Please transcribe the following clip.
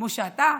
כמו שאתה,